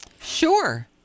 Sure